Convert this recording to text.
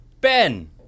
Ben